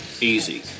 easy